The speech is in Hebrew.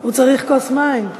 הוא צריך כוס מים.